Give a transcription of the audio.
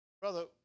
Brother